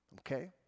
Okay